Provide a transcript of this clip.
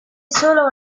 solo